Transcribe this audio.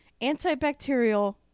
antibacterial